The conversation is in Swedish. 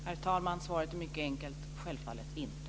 Herr talman! Svaret är mycket enkelt: Självfallet inte.